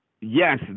yes